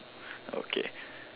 okay